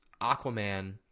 Aquaman